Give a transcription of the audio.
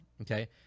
okay